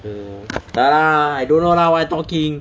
err tak lah I don't know lah what I talking